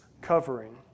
covering